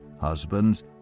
Husbands